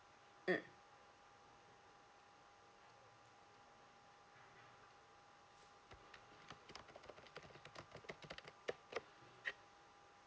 um